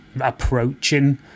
approaching